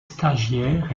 stagiaires